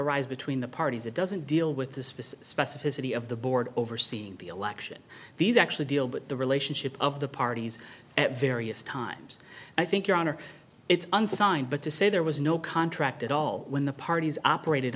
arise between the parties it doesn't deal with this vis specificity of the board overseeing the election these actually deal with the relationship of the parties at various times i think your honor it's unsigned but to say there was no contract at all when the parties operated